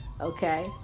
Okay